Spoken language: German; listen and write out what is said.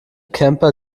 camper